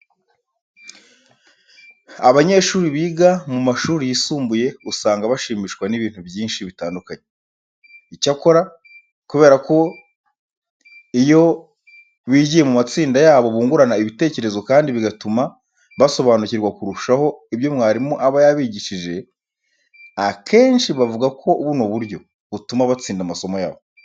Abanyeshuri biga mu mashuri yisumbuye usanga bashimishwa n'ibintu byinshi bitandukanye. Icyakora kubera ko iyo bigiye mu matsinda yabo bungurana ibitekerezo kandi bigatuma basobanukirwa kurushaho ibyo mwarimu aba yabigishije, akenshi bavuga ko buno buryo butuma batsinda amasomo yabo.